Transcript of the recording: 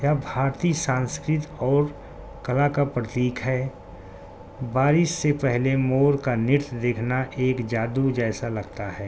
بھارتی سانسکرت اور کلا کا پرتییک ہے بارش سے پہلے مور کا نت دیکھنا ایک جادو جیسا لگتا ہے